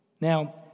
Now